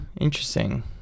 Interesting